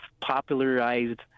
popularized